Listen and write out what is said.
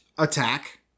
Attack